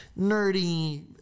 nerdy